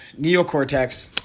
neocortex